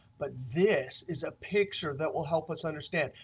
but this is a picture that will help us understand.